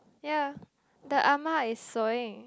ya the ah ma is sewing